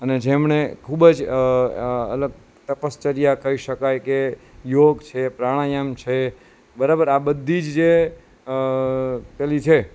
અને જેમણે ખૂબ જ અલગ તપશ્ચર્યા કહી શકાય કે યોગ છે પ્રાણાયામ છે બરાબર આ બધી જ જે પેલી છે